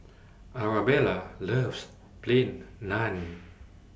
Arabella loves Plain Naan